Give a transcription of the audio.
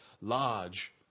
large